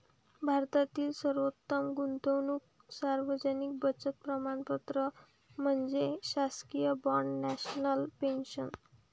भारतातील सर्वोत्तम गुंतवणूक सार्वजनिक बचत प्रमाणपत्र म्हणजे शासकीय बाँड नॅशनल पेन्शन